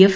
F